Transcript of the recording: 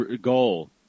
goal